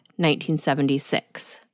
1976